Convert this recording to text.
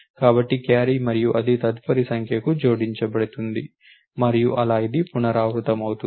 కాబట్టి క్యారీ మరియు అది తదుపరి సంఖ్యకు జోడించబడుతుంది మరియు అలా ఇది పునరావృతమవుతుంది